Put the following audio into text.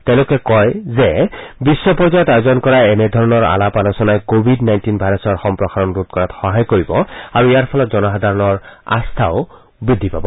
তেওঁলোকে কয় যে বিশ্ব পৰ্যায়ত আয়োজন কৰা এনেধৰণৰ আলাপ আলোচনাই কৱিড নাইণ্টিন ভাইৰাছৰ সম্প্ৰসাৰণ ৰোধ কৰাত সহায় কৰিব আৰু ইয়াৰ ফলত জনসাধাৰণৰ আস্থাও বৃদ্ধি পাব